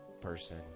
person